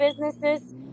businesses